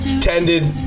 tended